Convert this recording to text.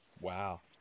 Wow